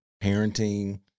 parenting